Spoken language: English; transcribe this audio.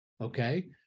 okay